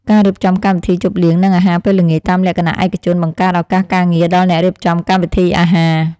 ការរៀបចំកម្មវិធីជប់លៀងនិងអាហារពេលល្ងាចតាមលក្ខណៈឯកជនបង្កើតឱកាសការងារដល់អ្នករៀបចំកម្មវិធីអាហារ។